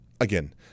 Again